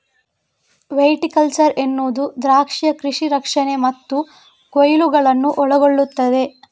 viticulture ಎನ್ನುವುದು ದ್ರಾಕ್ಷಿಯ ಕೃಷಿ ರಕ್ಷಣೆ ಮತ್ತು ಕೊಯ್ಲುಗಳನ್ನು ಒಳಗೊಳ್ಳುತ್ತದೆ